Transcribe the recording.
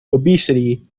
obesity